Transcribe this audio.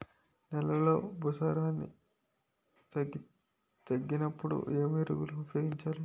నెలలో భూసారాన్ని తగ్గినప్పుడు, ఏ ఎరువులు ఉపయోగించాలి?